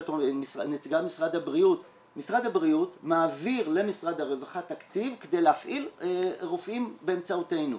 משרד הבריאות מעביר למשרד הרווחה תקציב כדי להפעיל רופאים באמצעותנו.